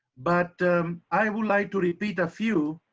but i would like to repeat a few